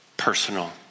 Personal